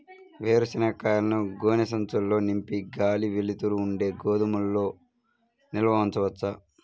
వేరుశనగ కాయలను గోనె సంచుల్లో నింపి గాలి, వెలుతురు ఉండే గోదాముల్లో నిల్వ ఉంచవచ్చా?